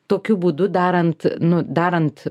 tokiu būdu darant nu darant